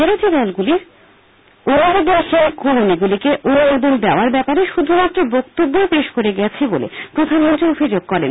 বিরোধী দলগুলি অনুমোদনহীন কলোনিগুলিকে অনুমোদন দেওয়ার ব্যাপারে শুধুমাত্র বক্তব্যই পেশ করে গেছে বলে প্রধানমন্ত্রী অভিযোগ করেন